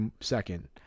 second